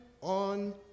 on